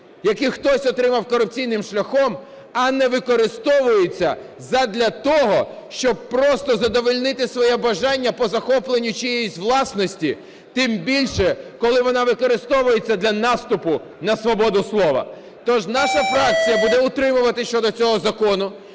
які хтось отримав корупційним шляхом, а не використовується задля того, щоб просто задовольнити своє бажання по захопленню чиєїсь власності, тим більше коли вона використовується для наступу на свободу слова. То ж наша фракція буде утримуватися щодо цього закону.